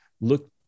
look